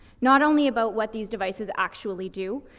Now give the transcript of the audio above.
not only about what these devices actually do,